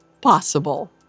possible